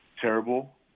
terrible